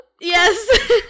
Yes